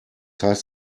heißt